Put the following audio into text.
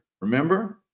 Remember